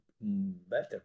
better